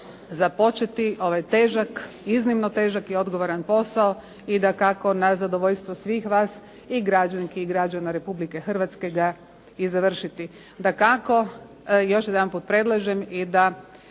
započeti ovaj težak, iznimno težak i odgovoran posao i dakako na zadovoljstvo svih vas i građanki i građana Republike Hrvatske ga i završiti. Dakako još jedanput predlažem i da